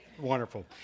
wonderful